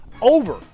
over